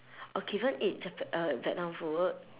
orh caven eat japa~ uh vietnam food